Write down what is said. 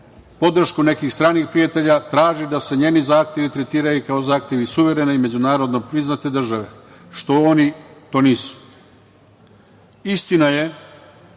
podršku nekih stranih prijatelja traži da se njeni zahtevi tretiraju kao zahtevi suverene i međunarodno priznate države, što oni to nisu. Istina je